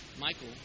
Michael